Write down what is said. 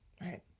Right